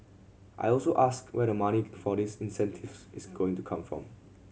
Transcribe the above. I also asked where the money for these incentives is going to come from